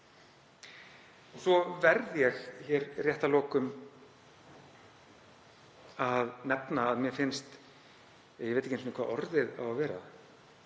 Svo verð ég rétt að lokum að nefna að mér finnst — ég veit ekki hvert orðið á að vera